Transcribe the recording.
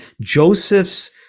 Joseph's